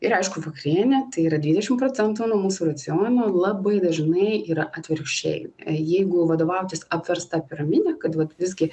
ir aišku vakarienė tai yra dvidešim procentų nuo mūsų raciono labai dažnai yra atvirkščiai jeigu vadovautis apversta piramide kad vat visgi